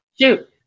Shoot